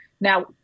Now